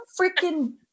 freaking